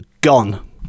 gone